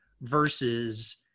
Versus